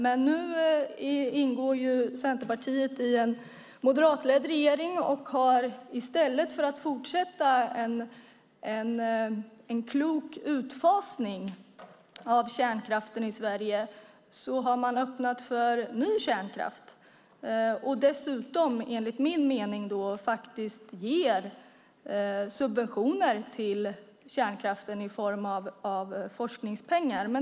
Men nu ingår Centerpartiet i en moderatledd regering och har öppnat för ny kärnkraft i stället för att fortsätta en klok utfasning av kärnkraften. Dessutom ger man enligt min mening subventioner till kärnkraften i form av forskningspengar.